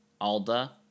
Alda